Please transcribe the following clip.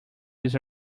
this